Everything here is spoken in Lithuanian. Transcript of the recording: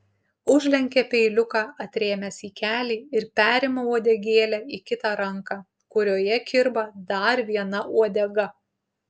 užlenkia peiliuką atrėmęs į kelį ir perima uodegėlę į kitą ranką kurioje kirba dar viena uodega